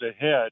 ahead